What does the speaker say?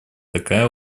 такая